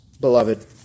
beloved